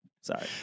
Sorry